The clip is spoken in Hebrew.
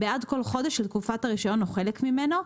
בעד כל חודש של תקופת הרישיון או חלק ממנו,